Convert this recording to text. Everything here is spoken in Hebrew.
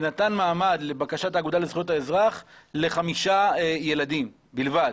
נתן מעמד לבקשת האגודה לזכויות האזרח לחמישה ילדים בלבד.